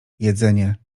jedzenie